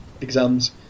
exams